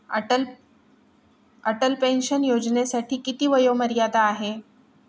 Atal pension योजनेसाठी किती वयोमर्यादा आहे?